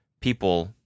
people